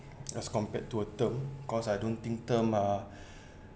as compared to a term cause I don't think term are